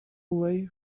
away